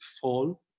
fall